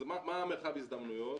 מרחב ההזדמנויות?